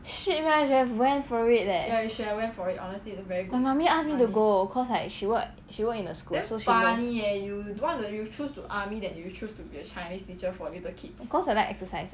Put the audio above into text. shit man I should have went for it leh my mummy ask me to go cause like she work she work in a school so she knows cause I like exercise